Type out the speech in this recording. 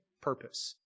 purpose